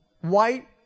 white